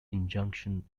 injunction